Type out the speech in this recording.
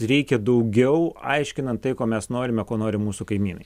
reikia daugiau aiškinant tai ko mes norime ko nori mūsų kaimynai